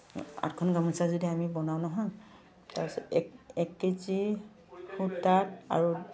আঠখন গামোচা যদি আমি বনাওঁ নহয় তাৰপিছত এক এক কেজি সূতাত আৰু